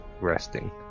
resting